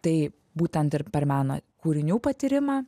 tai būtent ir per meno kūrinių patyrimą